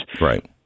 Right